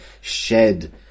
shed